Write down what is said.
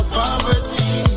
poverty